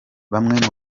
bamwe